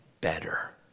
better